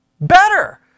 Better